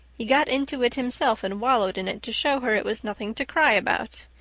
he got into it himself and wallowed in it to show her it was nothing to cry about.